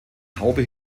haube